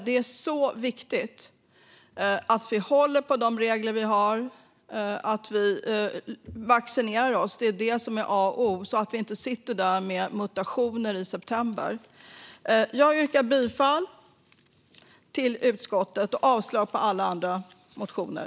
Det är ytterst viktigt att vi håller på de regler vi har och att vi vaccinerar oss - det är detta som är A och O - så att vi inte sitter där med mutationer i september. Jag yrkar bifall till utskottets förslag och avslag på alla motioner.